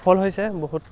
সফল হৈছে বহুত